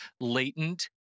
latent